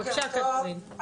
בוקר טוב,